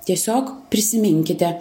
tiesiog prisiminkite